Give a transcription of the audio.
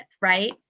right